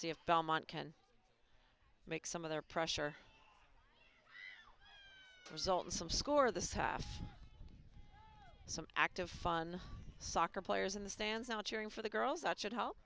see if belmont can make some of their pressure result in some score this half some active fun soccer players in the stands out you're in for the girls that should help